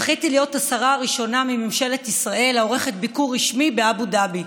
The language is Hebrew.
זכיתי להיות השרה הראשונה מממשלת ישראל העורכת ביקור רשמי באבו דאבי.